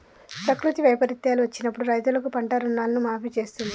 ప్రకృతి వైపరీత్యాలు వచ్చినప్పుడు రైతులకు పంట రుణాలను మాఫీ చేస్తాంది